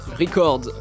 record